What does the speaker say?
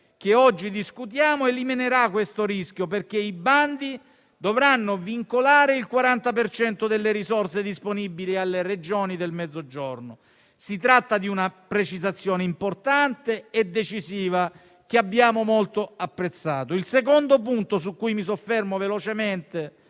che oggi discutiamo eliminerà questo rischio perché i bandi dovranno vincolare il 40 per cento delle risorse disponibili alle Regioni del Mezzogiorno. Si tratta di una precisazione importante e decisiva che abbiamo molto apprezzato. Il secondo punto su cui mi soffermo velocemente